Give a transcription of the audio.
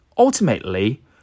Ultimately